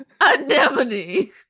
Anemone